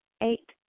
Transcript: Eight